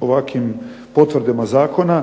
ovakvim potvrdama zakona.